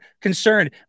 concerned